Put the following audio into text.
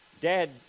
Dad